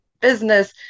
business